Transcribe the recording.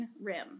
rim